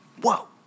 Whoa